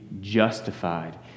justified